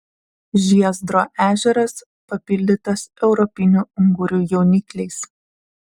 žiezdro ežeras papildytas europinių ungurių jaunikliais